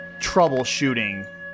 troubleshooting